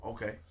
Okay